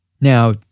Now